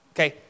Okay